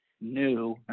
new